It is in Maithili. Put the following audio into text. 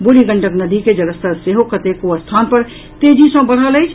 बूढ़ी गंडक नदी के जलस्तर सेहो कतेको स्थान पर तेजी सँ बढ़ल अछि